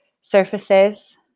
surfaces